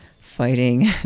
fighting